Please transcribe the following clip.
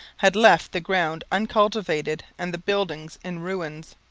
had left the ground uncultivated and the buildings in ruins.